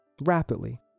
Rapidly